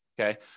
okay